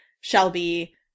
Shelby